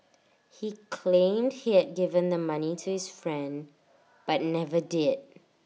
he claimed he had given the money to his friend but never did